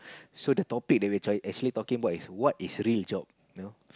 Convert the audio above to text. so the topic that we try actually talking about is what is real job you know